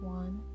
one